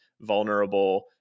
vulnerable